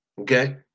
Okay